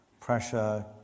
pressure